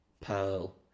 Pearl